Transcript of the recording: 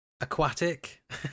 aquatic